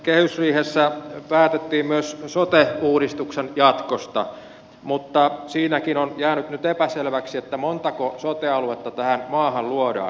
kehysriihessä päätettiin myös sote uudistuksen jatkosta mutta siinäkin on jäänyt nyt epäselväksi että montako sote aluetta tähän maahan luodaan